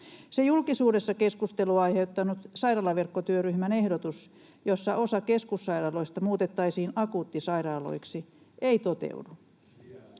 Se julkisuudessa keskustelua aiheuttanut sairaalaverkkotyöryhmän ehdotus, jossa osa keskussairaaloista muutettaisiin akuuttisairaaloiksi, ei toteudu.